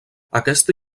aquesta